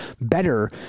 better